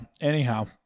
anyhow